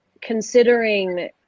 considering